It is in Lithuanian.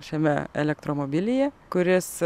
šiame elektromobilyje kuris